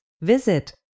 Visit